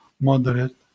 moderate